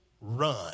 run